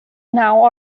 now